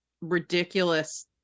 ridiculous